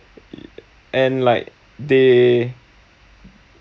and like they